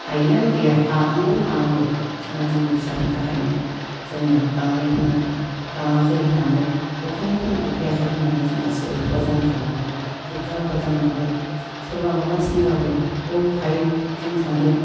हायैयानो गैया हानांगौ हानांगौ जोंहा दिनै फिसाफोरनि थाखायनो जोङो गांनायखौनो गाङाखै होन्नानै उखैनायखौनो उखैयाखै होन्नानै जों गासिबो हजम खालामनानै बिखा फोरदाननानै सोरबा माबा थिनोबाबो औ हायो जों थांगोन